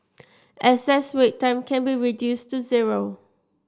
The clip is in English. excess wait time can be reduced to zero